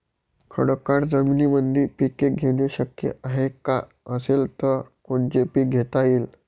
खडकाळ जमीनीमंदी पिके घेणे शक्य हाये का? असेल तर कोनचे पीक घेता येईन?